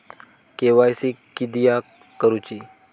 KYC किदयाक करूची?